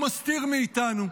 או כי הוא מסתיר מאיתנו,